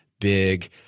big